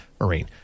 Marine